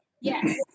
Yes